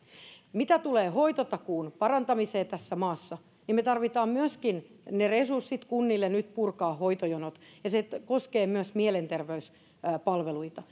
mitä tulee hoitotakuun parantamiseen tässä maassa niin me tarvitsemme myöskin ne resurssit kunnille nyt purkaa hoitojonot ja se koskee myös mielenterveyspalveluita